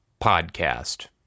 podcast